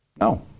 No